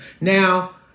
Now